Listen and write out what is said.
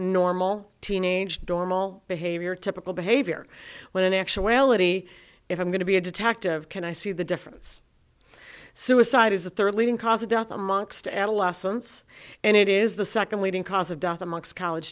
normal teenage dorm all behavior typical behavior when in actuality if i'm going to be a detective can i see the difference suicide is the third leading cause of death amongst adolescence and it is the second leading cause of death among college